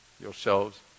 yourselves